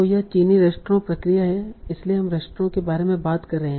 तो यह चीनी रेस्तरां प्रक्रिया है इसलिए हम रेस्तरां के बारे में बात कर रहे हैं